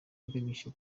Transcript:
iganisha